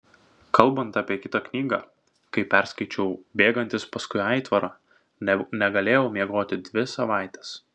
kalbant apie kitą knygą kai perskaičiau bėgantis paskui aitvarą negalėjau miegoti dvi savaitės